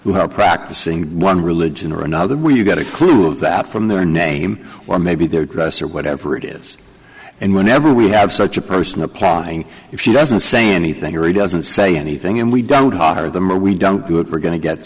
who are practicing one religion or another when you get a clue that from their name or maybe their dress or whatever it is and whenever we have such a person applying if she doesn't say anything or doesn't say anything and we don't hire them or we don't do it we're going to get